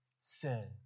sin